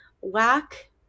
whack